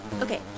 Okay